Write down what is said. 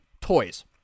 toys